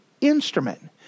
instrument